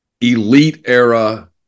elite-era